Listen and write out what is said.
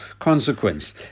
consequence